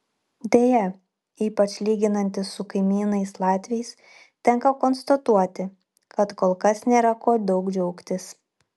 deja ypač lyginantis su kaimynais latviais tenka konstatuoti kad kol kas nėra kuo daug džiaugtis